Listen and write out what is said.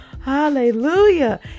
Hallelujah